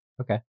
okay